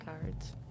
cards